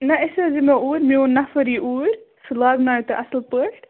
نہَ أسۍ حظ یِمو اوٗرۍ میٛون نفر یِیہِ اوٗرۍ سُہ لاگناویہِ تۅہہِ اَصٕل پٲٹھۍ